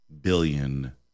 billion